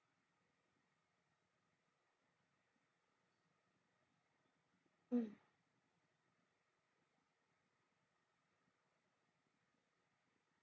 mm